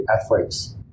athletes